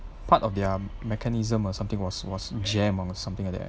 part of their mechanism or something was was jam or something like that